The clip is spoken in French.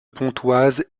pontoise